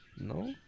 No